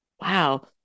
Wow